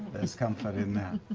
there's comfort in that.